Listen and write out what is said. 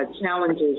challenges